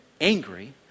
angry